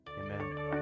Amen